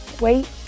wait